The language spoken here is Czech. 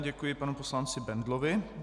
Děkuji panu poslanci Bendlovi.